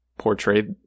portrayed